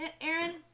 Aaron